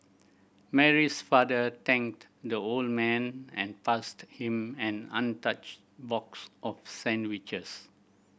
Mary's father thanked the old man and passed him an untouched box of sandwiches